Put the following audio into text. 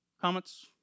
Comments